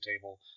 table